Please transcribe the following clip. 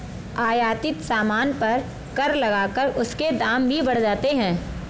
आयातित सामान पर कर लगाकर उसके दाम भी बढ़ जाते हैं